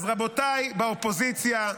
אז רבותיי באופוזיציה,